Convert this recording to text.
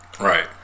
Right